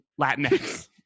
Latinx